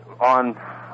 on